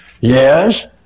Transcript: Yes